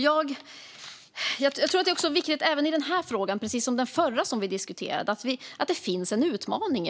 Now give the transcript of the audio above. Jag tror också att det är viktigt att det även i den här frågan, precis som i den vi diskuterade i den förra debatten, finns en utmaning.